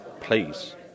please